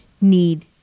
need